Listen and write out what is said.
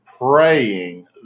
praying